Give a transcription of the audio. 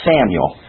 Samuel